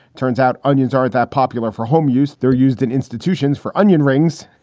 turns out onions aren't that popular for home use. they're used in institutions for onion rings.